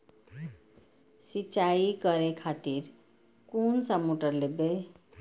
सीचाई करें खातिर कोन सा मोटर लेबे?